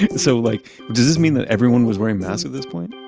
so, like does this mean that everyone was wearing masks at this point?